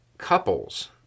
Couples